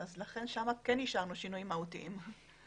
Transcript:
לכן שם כן השארנו שינויים מהותיים.